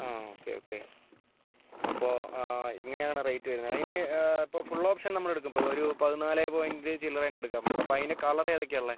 ആ okay okay അപ്പോൾ ആ ഇങ്ങനെ ആണ് റേറ്റ് വരുന്നത് അതിന് ഇപ്പോൾ ഫുൾ ഓപ്ഷൻ നമ്മൾ എടുക്കും ഇപ്പോൾ ഒരു പതിനാല് പോയിൻറ്റ് ചില്ലറേൻ്റെ എടുക്കാൻ പോവാണ് അപ്പോൾ അതിന്റെ കളർ ഏതൊക്കെയാണ് ഉള്ളത്